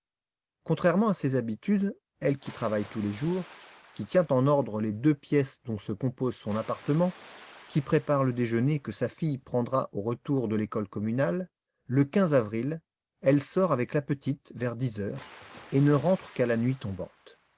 contrairement à ses habitudes elle qui travaille tous les jours qui tient en ordre les deux pièces dont se compose son appartement qui prépare le déjeuner que sa fille prendra au retour de l'école communale le avril elle sort avec la petite vers dix heures et ne rentre qu'à la nuit tombante